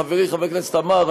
חברי חבר הכנסת עמאר,